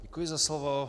Děkuji za slovo.